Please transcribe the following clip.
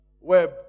web